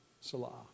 Salah